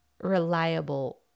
reliable